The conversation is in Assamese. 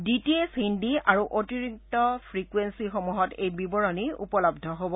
ডি টি এইছ হিন্দী আৰু অতিৰিক্ত ফ্ৰিকুৱেণ্সিসমূহত এই বিৱৰণী উপলব্ধ হ'ব